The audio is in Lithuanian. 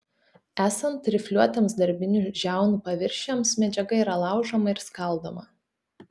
esant rifliuotiems darbinių žiaunų paviršiams medžiaga yra laužoma ir skaldoma